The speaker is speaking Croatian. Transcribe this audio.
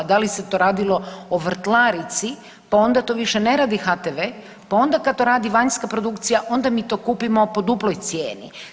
Da li se to radilo o „Vrtlarici“ pa onda to više ne radi HTV pa onda kada to radi vanjska produkcija onda mi to kupimo po duploj cijeni.